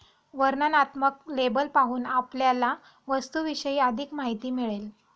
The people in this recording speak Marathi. वर्णनात्मक लेबल पाहून आपल्याला वस्तूविषयी अधिक माहिती मिळेल